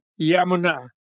Yamuna